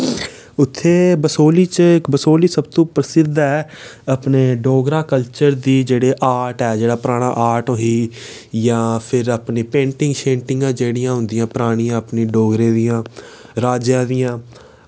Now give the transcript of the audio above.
उत्थै बसोली च बसोली सबतू प्रसिद्ध ऐ अपने डोगरा कल्चर दा जेह्ड़ा आर्ट ऐ जेह्ड़ा पराना आर्ट ही जां फिर अपनी पेंटिंग शेंटिंगां जेह्ड़ियां होंदियां परानियां अपने डोगरें दियां राजें दियां